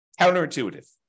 Counterintuitive